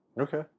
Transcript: Okay